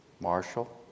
Marshall